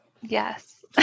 Yes